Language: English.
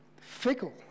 fickle